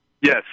Yes